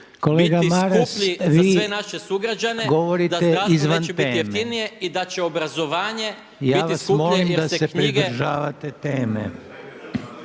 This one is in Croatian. teme./… … za sve naše sugrađane, da zdravstvo neće biti jeftinije i da će obrazovanje biti skuplje jer se knjige.